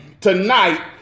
tonight